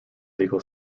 legal